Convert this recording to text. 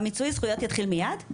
והמיצוי זכויות יתחיל מיד?